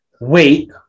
wait